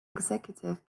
executive